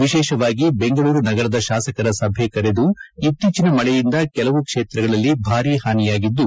ವಿಶೇಷವಾಗಿ ಬೆಂಗಳೂರು ನಗರದ ಶಾಸಕರ ಸಭೆ ಕರೆದು ಇತ್ತೀಚಿನ ಮಳೆಯಿಂದ ಕೆಲವು ಕ್ಷೇತ್ರಗಳಲ್ಲಿ ಭಾರೀ ಹಾನಿಯಾಗಿದ್ದು